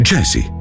Jesse